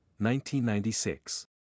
1996